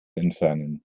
entfernen